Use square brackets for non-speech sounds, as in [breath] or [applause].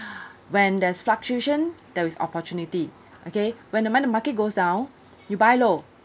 [breath] when there's fluctuation there is opportunity okay when the when the market goes down you buy low